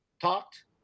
talked